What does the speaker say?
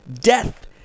death